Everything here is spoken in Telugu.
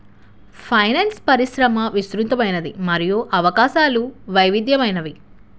ఫైనాన్స్ పరిశ్రమ విస్తృతమైనది మరియు అవకాశాలు వైవిధ్యమైనవి